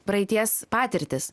praeities patirtis